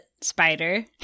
spider